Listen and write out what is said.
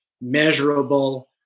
measurable